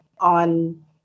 on